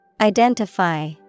Identify